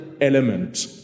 element